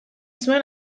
zuen